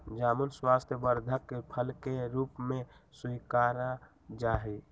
जामुन स्वास्थ्यवर्धक फल के रूप में स्वीकारा जाहई